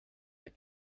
der